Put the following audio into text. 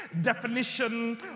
definition